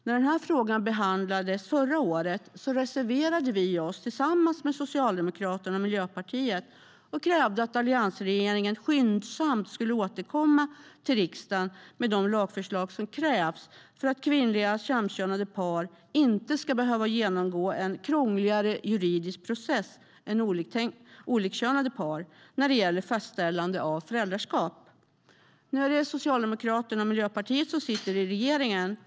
När den här frågan behandlades förra året reserverade vi oss tillsammans med Socialdemokraterna och Miljöpartiet och krävde att alliansregeringen skyndsamt skulle återkomma till riksdagen med de lagförslag som krävs för att kvinnliga samkönade par inte ska behöva genomgå en krångligare juridisk process än olikkönade par när det gäller fastställande av föräldraskap. Nu är det Socialdemokraterna och Miljöpartiet som sitter i regeringen.